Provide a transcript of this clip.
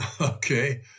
Okay